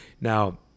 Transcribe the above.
Now